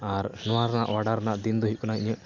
ᱟᱨ ᱱᱚᱣᱟ ᱨᱮᱱᱟᱜ ᱚᱣᱟᱰᱟᱨ ᱨᱮᱱᱟᱜ ᱫᱤᱱᱫᱚ ᱦᱩᱭᱩᱜ ᱠᱟᱱᱟ ᱤᱧᱟᱹᱜ